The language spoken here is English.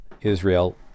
israel